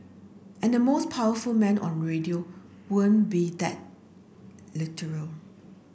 and the most powerful man on radio won't be that literal